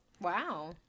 Wow